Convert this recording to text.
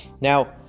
Now